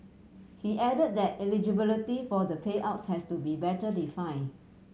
he added that eligibility for the payouts has to be better defined